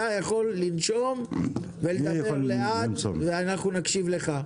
אתה יכול לנשום ולדבר לאט ואנחנו נקשיב לך,